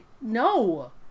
no